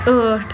ٲٹھ